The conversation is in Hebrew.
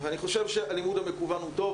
אני חושב שהלימוד המקוון הוא טוב.